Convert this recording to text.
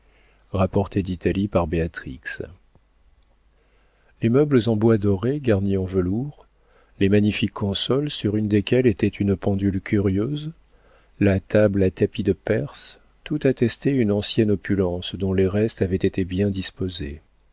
apportée d'italie par béatrix les meubles en bois doré garnis en velours les magnifiques consoles sur une desquelles était une pendule curieuse la table à tapis de perse tout attestait une ancienne opulence dont les restes avaient été bien disposés